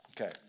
Okay